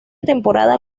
temporada